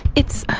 it's, oh,